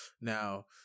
Now